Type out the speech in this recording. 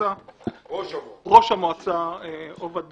המועצה עובד